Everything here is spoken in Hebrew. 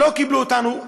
לא קיבלו אותנו,